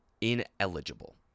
ineligible